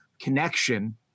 connection